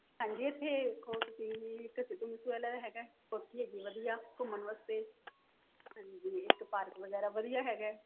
ਹਾਂਜੀ ਇੱਥੇ ਦੇਖੋ ਤੁਸੀਂ ਇੱਕ ਸਿੱਧੂ ਮੂਸੇਆਲਾ ਹੈਗਾ ਕੋਠੀ ਹੈਗੀ ਵਧੀਆ ਘੁੰਮਣ ਵਾਸਤੇ ਹਾਂਜੀ ਇੱਕ ਪਾਰਕ ਵਗੈਰਾ ਵਧੀਆ ਹੈਗਾ